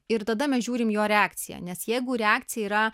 ir tada mes žiūrim jo reakciją nes jeigu reakcija yra